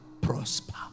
Prosper